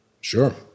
Sure